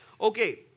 Okay